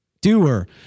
doer